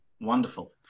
Wonderful